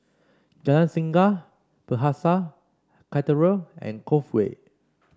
Jalan Singa Bethesda Cathedral and Cove Way